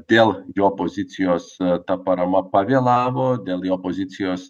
dėl jo pozicijos ta parama pavėlavo dėl jo pozicijos